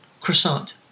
Croissant